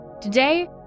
Today